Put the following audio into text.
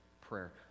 prayer